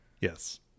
Yes